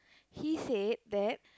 he said that